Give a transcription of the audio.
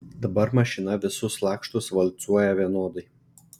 dabar mašina visus lakštus valcuoja vienodai